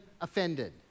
offended